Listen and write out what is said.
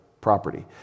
property